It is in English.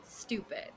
stupid